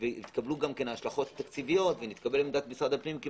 והתקבלו השלכות תקציביות והתקבלה עמדת משרד הפנים.